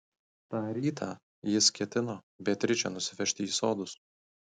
tą rytą jis ketino beatričę nusivežti į sodus